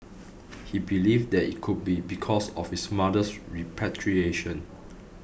he believed that it could be because of his mother's repatriation